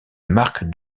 marque